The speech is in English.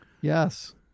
Yes